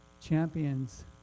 champions